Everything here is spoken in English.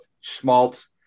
Schmaltz